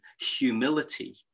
humility